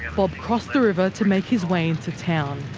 bob crossed the river to make his way into town,